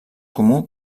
comú